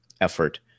effort